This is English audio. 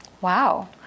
Wow